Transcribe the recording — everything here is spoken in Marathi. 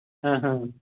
हां हां